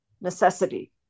necessity